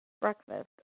Breakfast